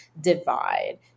divide